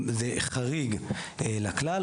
זה חריג לכלל,